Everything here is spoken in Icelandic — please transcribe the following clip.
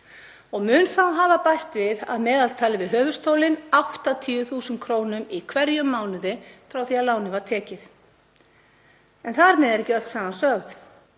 og mun þá hafa bætt að meðaltali við höfuðstólinn 80.000 kr. í hverjum mánuði frá því að lánið var tekið. Þar með er ekki öll sagan sögð